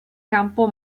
campo